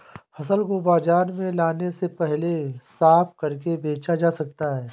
फसल को बाजार में लाने से पहले साफ करके बेचा जा सकता है?